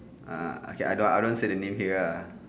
uh okay I don't I don't want say the name here ah